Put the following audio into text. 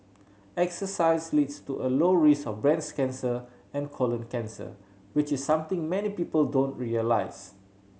exercise leads to a low risk of breast cancer and colon cancer which is something many people don't realise